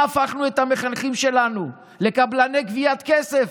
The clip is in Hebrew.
למה הפכנו את המחנכים שלנו, לקבלני גביית כסף?